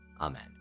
Amen